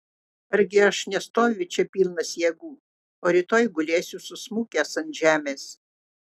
argi aš nestoviu čia pilnas jėgų o rytoj gulėsiu susmukęs ant žemės